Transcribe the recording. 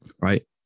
right